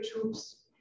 troops